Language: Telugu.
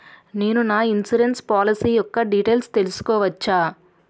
నేను నా ఇన్సురెన్స్ పోలసీ యెక్క డీటైల్స్ తెల్సుకోవచ్చా?